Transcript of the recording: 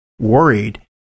worried